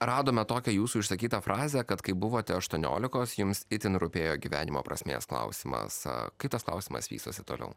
radome tokią jūsų išsakytą frazę kad kai buvote aštuoniolikos jums itin rūpėjo gyvenimo prasmės klausimas kaip tas klausimas vystosi toliau